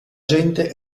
gente